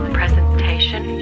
presentation